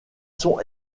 sont